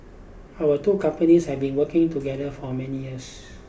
our two companies have been working together for many years